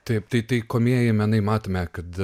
taip tai taikomieji menai matome kad